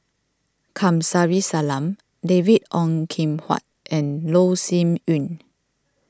Kamsari Salam David Ong Kim Huat and Loh Sin Yun